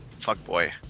fuckboy